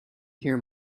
hear